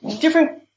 different